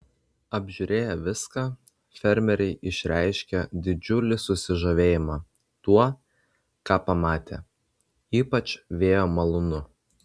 apžiūrėję viską fermeriai išreiškė didžiulį susižavėjimą tuo ką pamatė ypač vėjo malūnu